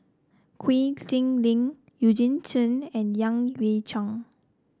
Quek Ding Ling Eugene Chen and Yan Hui Chang